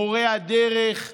מורי הדרך,